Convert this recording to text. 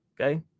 Okay